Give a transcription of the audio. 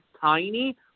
tiny